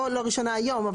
לא לראשונה היום,